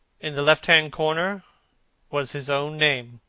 in the left-hand corner was his own name,